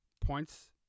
points